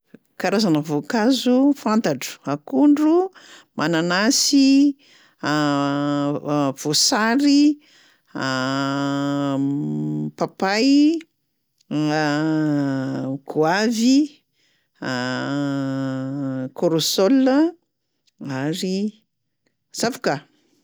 Karazana voankazo fantatro: akondro, mananasy, voasary, papay, goavy, corossol a, ary zavoka.